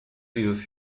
dieses